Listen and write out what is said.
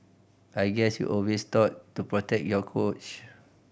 I guess you're always taught to protect your coach